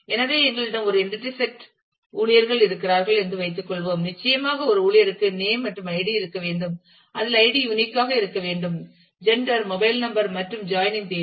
எனவே எங்களிடம் ஒரு என்டிடி செட் ஊழியர்கள் இருக்கிறார்கள் என்று வைத்துக் கொள்வோம் நிச்சயமாக ஒரு ஊழியருக்கு நேம் மற்றும் ஐடி இருக்க வேண்டும் அதில் ஐடி யூனிக் ஆக இருக்க வேண்டும் ஜெண்டர் மொபைல் நம்பர் மற்றும் ஜாயினிங் தேதி